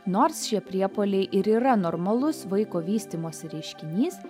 nors šie priepuoliai ir yra normalus vaiko vystymosi reiškinys